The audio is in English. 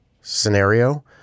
scenario